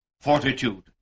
fortitude